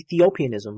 Ethiopianism